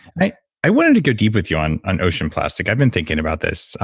i i wanted to go deep with you on on ocean plastic. i've been thinking about this.